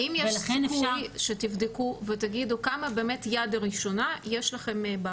האם יש סיכוי שתבדקו ותגידו כמה תיקים של יד ראשונה יש לכם,